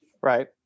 Right